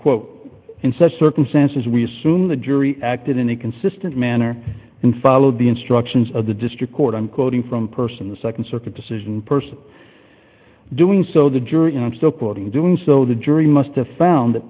quote in such circumstances we assume the jury acted in a consistent manner and followed the instructions of the district court i'm quoting from person the nd circuit decision person doing so the jury and i'm still quoting doing so the jury must have found that